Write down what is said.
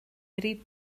iddi